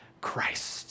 Christ